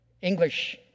English